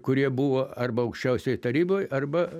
kurie buvo arba aukščiausiojoj taryboj arba